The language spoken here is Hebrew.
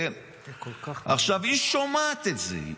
היא שומעת את זה.